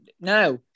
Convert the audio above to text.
No